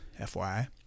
FYI